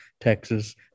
Texas